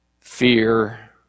fear